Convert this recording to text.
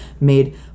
made